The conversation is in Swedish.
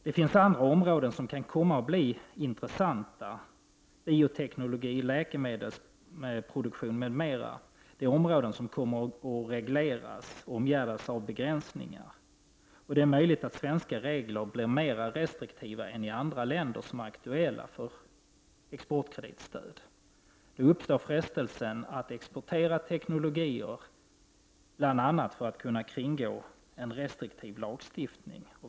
Det finns andra områden som kan komma att bli intressanta — bioteknik, läkemedelsproduktion m.m. Det är områden som kommer att omgärdas av begränsningar. Det är möjligt att svenska regler blir mera restriktiva än reglerna i andra länder, som är aktuella för export med exportkreditstöd. Då uppstår frestelsen att exportera teknik bl.a. för att kunna kringgå en restriktiv lagstiftning.